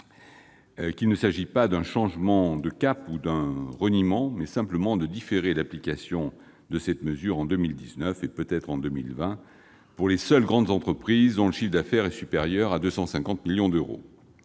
qu'il s'agit non pas d'un changement de cap ou d'un reniement, mais simplement de différer l'application de cette mesure en 2019, peut-être en 2020, pour les seules grandes entreprises dont le chiffre d'affaires est supérieur à 250 millions d'euros.